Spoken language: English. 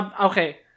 Okay